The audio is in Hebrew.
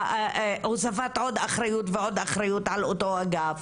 והוספת עוד אחריות ועוד אחריות על אותו אגף?